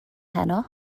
heno